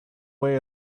way